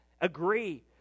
Agree